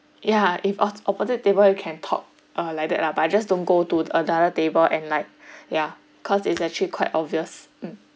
yeah if ot~ opposite table you can talk uh like that lah but uh just don't go to t~ another table and like yeah cause it's actually quite obvious mm